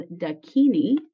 Dakini